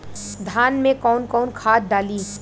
धान में कौन कौनखाद डाली?